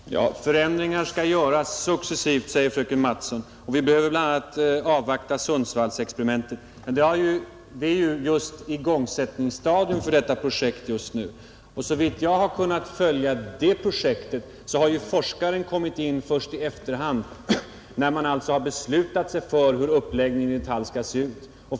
Herr talman! Förändringar skall göras successivt, säger fröken Mattson, och vi behöver bl.a. avvakta Sundsvallsexperimentet. Men det är ju just ett igångsättningsstadium för detta projekt nu. Och såvitt jag har kunnat följa detta projekt har forskaren kommit in först i efterhand, när man alltså beslutat sig för hur uppläggningen i detta fall skall se ut.